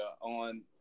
on